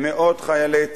למאות חיילי צה"ל,